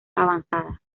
avanzada